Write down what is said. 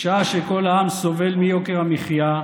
בשעה שכל העם סובל מיוקר המחיה,